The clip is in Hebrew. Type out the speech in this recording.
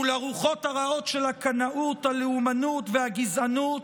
מול הרוחות הרעות של הקנאות, הלאומנות והגזענות,